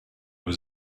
was